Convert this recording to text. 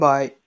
Bye